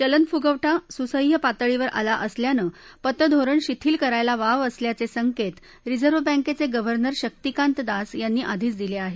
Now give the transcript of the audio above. चलन फुगवटा सुसह्य पातळीवर आला असल्यानं पतधोरण शिथिल करायला वाव असल्याचे संकेत रिझर्व्ह बँकेचे गवर्नर शक्तिकांत दास यांनी आधीच दिले आहेत